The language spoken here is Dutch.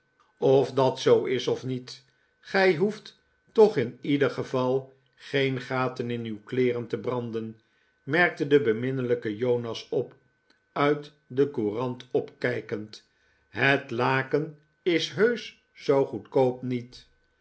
of dat zoo is of niet gij hoeft toch in ieder geval geen gaten in uw kleeren te branden merkte de beminnelijke jonas op uit de courant opkijkend het laken is heusch zoo goedkoop niet